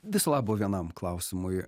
viso labo vienam klausimui